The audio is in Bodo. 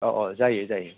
औ औ जायो जायो